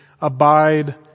abide